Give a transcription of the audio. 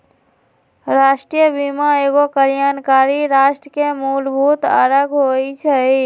राष्ट्रीय बीमा एगो कल्याणकारी राष्ट्र के मूलभूत अङग होइ छइ